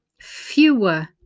fewer